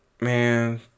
man